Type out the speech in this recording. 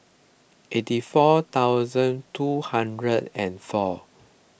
eighty four thousand two hundred and four